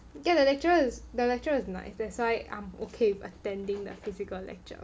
get the lecturer is the lecturer is nice that's why I'm ok with attending their physical lecture